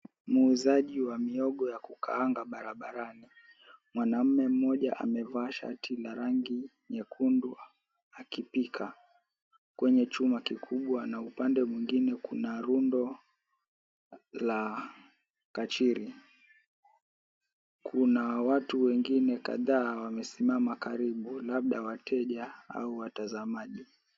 Muuzaji wa mihogo wa kukaanga barabarani. Mwanamume mmoja amevaa shati la rangi nyekundu akipika kwenye chuma kikubwa na upande mwingine kuna rundo la kachiri. Kuna watu wengine kadhaa wamesimama karibu labda wateja au watazamaji.